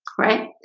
right?